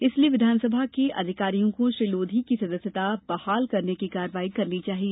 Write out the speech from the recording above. इसलिए विधानसभा के अधिकारियों को श्री लोधी की सदस्यता बहाल करने की कार्यवाई करनी चाहिए